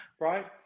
right